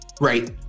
right